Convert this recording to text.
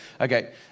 Okay